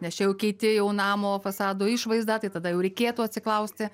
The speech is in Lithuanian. nes čia jau keiti jau namo fasado išvaizda tai tada jau reikėtų atsiklausti